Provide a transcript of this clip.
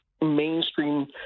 mainstream